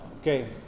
okay